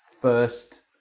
first